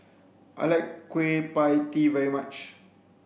I like kueh pie tee very much